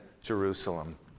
Jerusalem